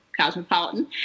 Cosmopolitan